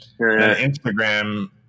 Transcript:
Instagram